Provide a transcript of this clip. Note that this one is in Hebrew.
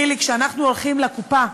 חיליק, שבה אנחנו הולכים לקופה,